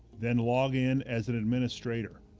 then log in as an administrator.